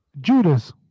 Judas